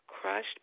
crushed